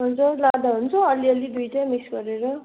हुन्छौँ लाँदा हुन्छ अलिअलि दुइटै मिक्स गरेर